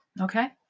okay